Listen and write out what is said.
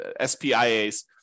SPIAs